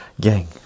Gang